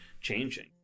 changing